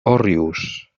òrrius